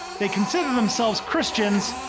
they consider themselves christians,